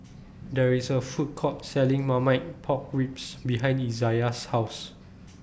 There IS A Food Court Selling Marmite Pork Ribs behind Izayah's House